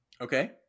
Okay